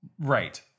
Right